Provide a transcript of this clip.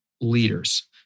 leaders